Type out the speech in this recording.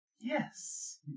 Yes